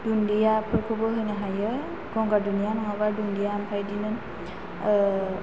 दुन्दियाफोरखौबो होनो हायो गंगार दुन्दिया नङाबा दुन्दिया ओमफ्राय बिदिनो